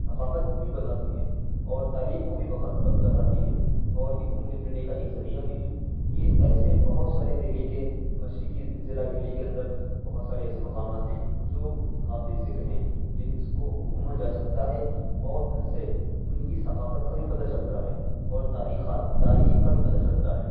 ثقافت کو بتاتی ہے اور تاریخ کو بھی بتاتی ہے اور یہ گھومنے پھرنے کا ایک ذریعہ بھی ہیں یہ ایسے بہت سارے دہلی کے مشرقی ضلع دہلی کے اندر بہت سارے ایسے مقامات ہیں جو قابل ذکر ہیں جن کو گھوما جا سکتا ہے اور ان سے ان کی ثقافت کا بھی پتہ چلتا ہے اور تاریخ تاریخ کا بھی پتہ چلتا ہے